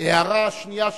להערה השנייה שלך,